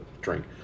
drink